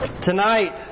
tonight